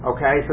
Okay